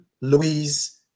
Louise